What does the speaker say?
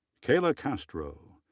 kayla castro,